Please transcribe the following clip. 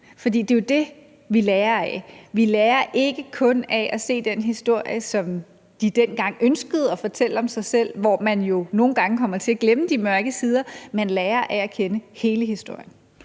For det er jo det, som vi lærer af. Vi lærer ikke kun af at se den historie, som de dengang ønskede at fortælle om sig selv, hvor man jo nogle gange kommer til at glemme de mørke sider, men vi lærer af at kende hele historien.